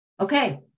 Okay